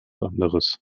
anderes